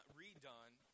redone